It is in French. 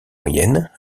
moyenne